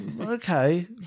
Okay